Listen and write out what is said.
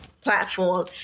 platform